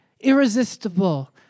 irresistible